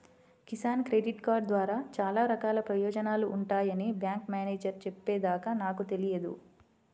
Kisan credit card ద్వారా చాలా రకాల ప్రయోజనాలు ఉంటాయని బ్యాంకు మేనేజేరు చెప్పే దాకా నాకు తెలియదు